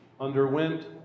underwent